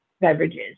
beverages